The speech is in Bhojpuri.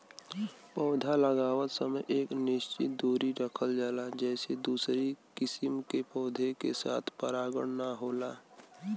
पौधा लगावत समय एक निश्चित दुरी रखल जाला जेसे दूसरी किसिम के पौधा के साथे परागण ना होला